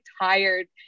tired